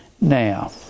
Now